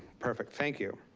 perfect, thank you.